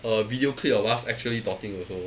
a video clip of us actually talking also